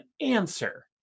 answer